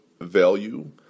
value